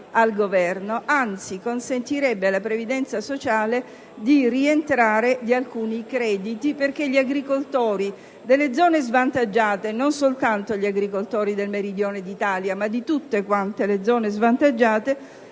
al Governo, anzi consentirebbe alla previdenza sociale di rientrare di alcuni crediti, perché gli agricoltori delle zone svantaggiate - non soltanto quelli del Meridione d'Italia, ma di tutte le zone svantaggiate